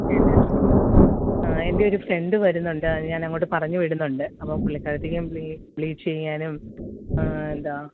പിന്നെ എന്റെ ഒരു ഫ്രണ്ട് വരുന്നുണ്ട് അത് ഞാൻ അങ്ങോട്ട് പറഞ്ഞ് വിടുന്നുണ്ട് അപ്പം പുള്ളിക്കാരിക്കും ബ്ലീച്ച് ചെയ്യാനും എന്താണ്